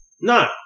No